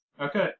Okay